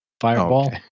Fireball